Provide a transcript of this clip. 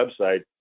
website